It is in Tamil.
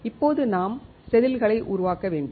இப்போது நாம் செதில்களை உருவாக்க வேண்டும்